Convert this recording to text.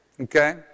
Okay